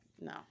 No